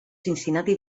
cincinnati